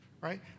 right